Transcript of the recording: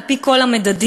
על-פי כל המדדים,